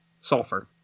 Sulfur